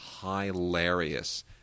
hilarious